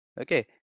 Okay